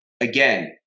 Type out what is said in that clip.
again